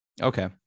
okay